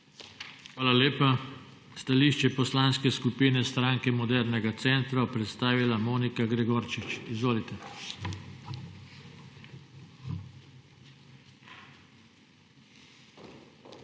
Hvala lepa. Stališče Poslanske skupine Stranke modernega centra bo predstavila Monika Gregorčič. Izvolite. MONIKA